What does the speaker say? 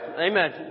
Amen